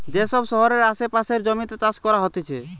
যে সব শহরের আসে পাশের জমিতে চাষ করা হতিছে